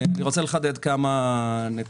אני רוצה לחדד כמה נקודות: